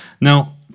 now